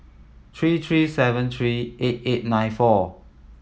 three three seven three eight eight nine four